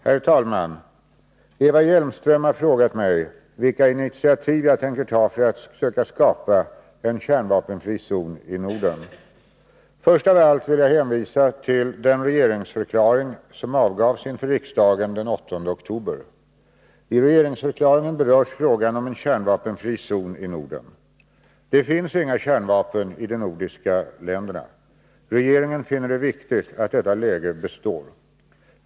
Herr talman! Eva Hjelmström har frågat mig vilka initiativ jag tänker ta för att söka skapa en kärnvapenfri zon i Norden. Först av allt vill jag hänvisa till den regeringsförklaring som avgavs inför riksdagen den 8 oktober. I regeringsförklaringen berörs frågan om en kärnvapenfri zon i Norden. Det finns inga kärnvapen i de nordiska länderna. Regeringen finner det viktigt att detta läge består.